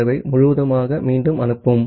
தரவை முழுவதுமாக மீண்டும் அனுப்பும்